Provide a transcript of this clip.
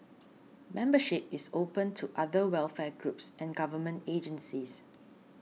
membership is open to other welfare groups and government agencies